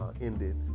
ended